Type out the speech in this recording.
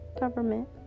government